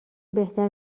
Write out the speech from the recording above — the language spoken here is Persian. بهتر